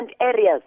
areas